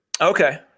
okay